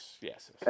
yes